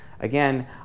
Again